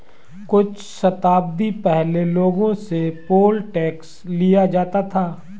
कुछ शताब्दी पहले लोगों से पोल टैक्स लिया जाता था